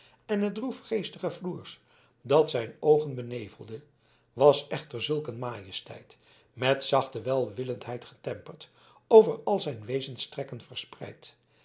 en het droefgeestige floers dat zijn oogen benevelde was echter zulk een majesteit met zachte welwillendheid getemperd over al zijn wezenstrekken verspreid